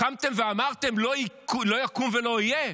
קמתם ואמרתם: לא יקום ולא יהיה?